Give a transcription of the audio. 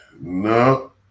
no